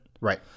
Right